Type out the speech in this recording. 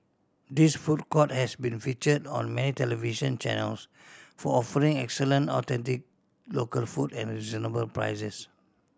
this food court has been feature on many television channels for offering excellent authentic local food at reasonable prices